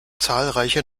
zahlreiche